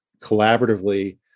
collaboratively